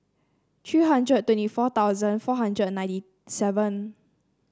three hundred twenty four thousand four hundred ninety seven